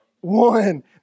One